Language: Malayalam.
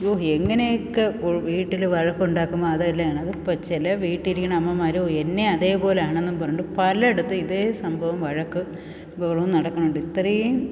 ഓഹ് എങ്ങനെയൊക്കെ വീട്ടിൽ വഴക്കുണ്ടാക്കും അതെല്ലമാണ് ഇപ്പോൾ ചില വീട്ടിലിരിക്കുന്ന അമ്മമാർ ഓഹ് എന്നേയും അതേപോലെയാണെന്നും പറഞ്ഞുകൊണ്ട് പലയിടത്തും ഇതേ സംഭവം വഴക്ക് ബഹളവും നടക്കണുണ്ട് ഇത്രയും